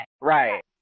Right